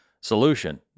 solution